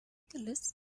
dalis